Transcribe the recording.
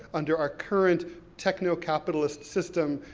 under our current techno-capitalist system,